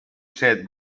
set